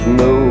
no